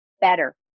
better